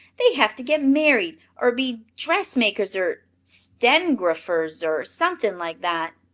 they have to get married, or be dressmakers, or sten'graphers, or something like that.